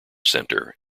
center